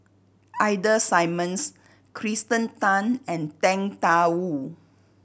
Ida Simmons Kirsten Tan and Tang Da Wu